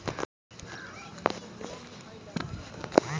Sprinkler सिंचाई कददु ला केतना अच्छा होई?